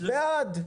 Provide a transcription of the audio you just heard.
הצבעה בעד,